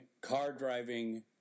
car-driving